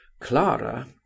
Clara